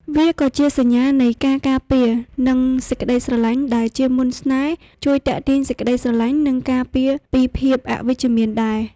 វាជាក៏សញ្ញានៃការការពារ និងសេចក្ដីស្រឡាញ់ដែល ជាមន្តស្នេហ៍ ជួយទាក់ទាញសេចក្ដីស្រលាញ់ និងការពារពីភាពអវិជ្ជមានដែរ។